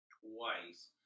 twice